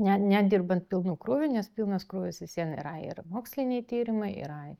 ne ne nedirbant pilnu krūviu nes pilnas krūvis vis vien yra ir moksliniai tyrimai yra